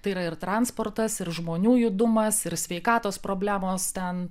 tai yra ir transportas ir žmonių judumas ir sveikatos problemos ten